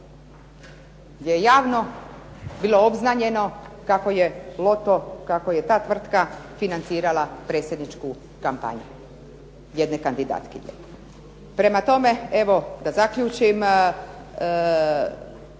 gdje je javno bilo obznanjeno kako je loto, kako je ta tvrtka financirala predsjedničku kampanju jedne kandidatkinje. Prema tome, evo da zaključim,